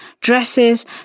dresses